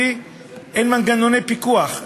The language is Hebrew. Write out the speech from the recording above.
כי אין מנגנוני פיקוח,